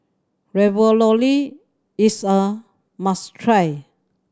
ravioli is a must try